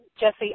Jesse